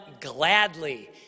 gladly